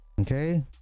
Okay